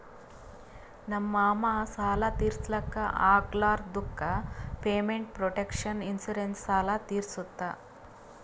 ನಮ್ ಮಾಮಾ ಸಾಲ ತಿರ್ಸ್ಲಕ್ ಆಗ್ಲಾರ್ದುಕ್ ಪೇಮೆಂಟ್ ಪ್ರೊಟೆಕ್ಷನ್ ಇನ್ಸೂರೆನ್ಸ್ ಸಾಲ ತಿರ್ಸುತ್